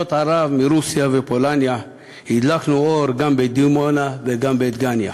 ערב מרוסיה ופולניה / הדלקנו אור גם בדימונה וגם בדגניה".